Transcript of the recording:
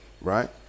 right